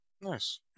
nice